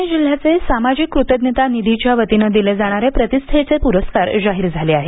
पुणे जिल्ह्याचे सामाजिक कृतज्ञता निधीच्या वतीने दिले जाणारे प्रतिष्ठेचे पुरस्कार जाहीर झाले आहेत